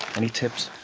any tips?